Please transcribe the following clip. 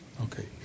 Okay